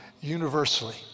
universally